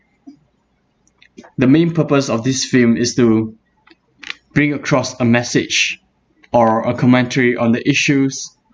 the main purpose of this film is to bring across a message or a commentary on the issues